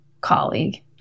colleague